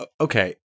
okay